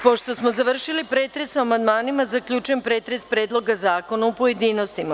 Pošto smo završili pretres o amandmanima, zaključujem pretres Predloga zakona u pojedinostima.